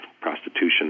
prostitution